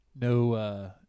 No